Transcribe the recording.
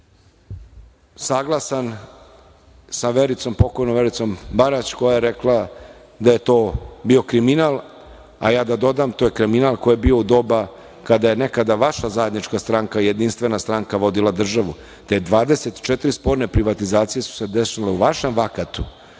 saglasan sa pokojnom Vericom Barać koja je rekla da je to bio kriminal, a ja da dodam, to je kriminal koji je bio u doba kada je nekada vaša zajednička stranka, jedinstvena stranka, vodila državu. Te 24 sporne privatizacije su se desile u vašem vakatu,